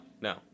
no